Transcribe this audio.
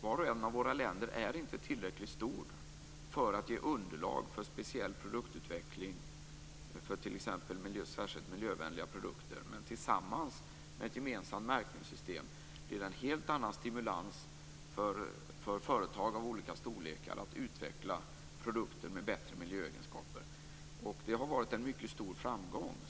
Vart och ett av våra länder är inte tillräckligt stort för att ge underlag för speciell produktutveckling för t.ex. särskilt miljövänliga produkter. Tillsammans, med ett gemensamt märkningssystem, får vi en helt annan stimulans för företag av olika storlekar att utveckla produkter med bättre miljöegenskaper. Detta har varit en mycket stor framgång.